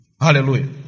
Hallelujah